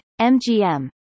MGM